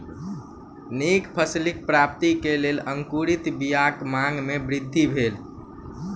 नीक फसिलक प्राप्ति के लेल अंकुरित बीयाक मांग में वृद्धि भेल